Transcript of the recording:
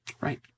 Right